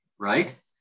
right